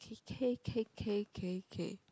okay okay okay okay okay